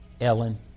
Ellen